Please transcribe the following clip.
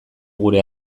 gure